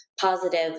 positive